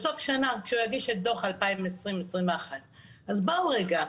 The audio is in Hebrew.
בסוף שנה כשהוא יגיש את דוח 2020-2021. אז בואו רגע,